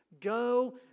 go